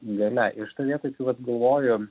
gale ir šitoj vietoj tai vat galvoju